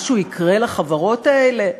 משהו יקרה לחברות האלה?